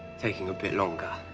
taking a bit longer.